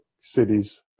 cities